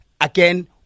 again